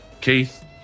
Keith